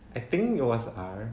I think it was R